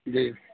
جی